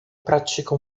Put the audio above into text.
praticam